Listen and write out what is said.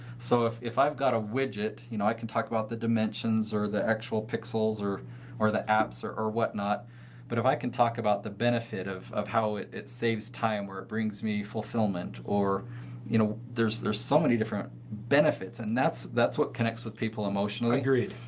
so, if if i've got a widget, you know i can talk about the dimensions or the actual pixels or or the apps or or whatnot but if i can talk about the benefit of of how it it saves time or it brings me fulfillment or you know, there's there's so many different benefits and that's that's what connects with people emotionally. agreed.